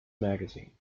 magazine